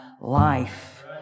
life